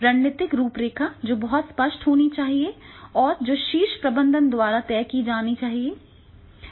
रणनीतिक रूपरेखा जो बहुत स्पष्ट होनी चाहिए और जो शीर्ष प्रबंधन द्वारा तय की जानी है